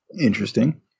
interesting